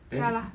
ya lah